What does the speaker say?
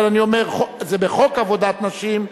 זה בחוק עבודת נשים,